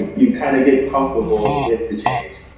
you kind of get comfortable with the change.